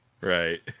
right